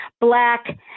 black